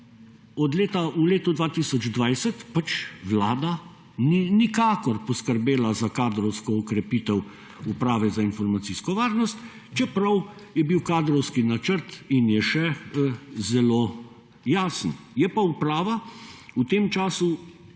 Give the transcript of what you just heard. načrtom. V letu 2020 pač Vlada ni nikakor poskrbela za kadrovsko okrepitev Uprave za informacijsko varnost, čeprav je bil kadrovski načrt in je še zelo jasen je pa uprava v tem času